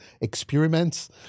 experiments